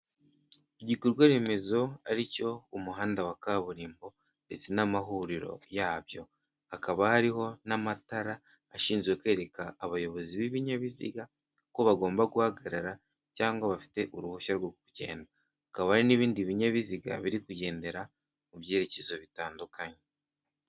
Igikorwa remezo ari cyo umuhanda wa kaburimbo ndetse n'amahuriro yabyo hakaba hariho n'amatara ashinzwe kwereka abayobozi b'ibinyabiziga ko bagomba guhagarara cyangwa bafite uruhushya rwo kugenda, hakaba hari n'ibindi binyabiziga biri kugendera mu byerekezo bitandukanye.